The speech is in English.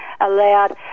allowed